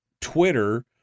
Twitter